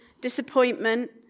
disappointment